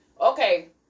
Okay